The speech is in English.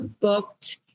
booked